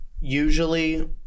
usually